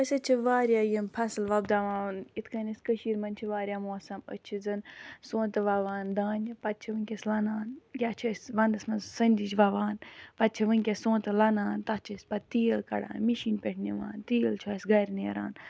أسۍ حظ چھِ واریاہ یِم فصل وبداوان یِتھ کٔنۍ اسہِ کٔشیٖر منٛز چھِ واریاہ موسم أسۍ چھِ زَن سونتہٕ وَوان دانہِ پَتہٕ چھِ ونکیٚس لونان یا چھِ أسۍ وندس مَنٛز سِندِج وَوان پَتہٕ چھِ ونکیٚس سونتہٕ لونان تَتھ چھِ أسۍ پَتہٕ تیٖل کَڑان مِشین پٮ۪ٹھ نِوان تیٖل چھُ اَسہِ گَرِ نیران